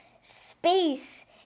space